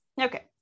Okay